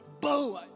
boom